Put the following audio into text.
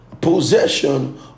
possession